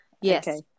Yes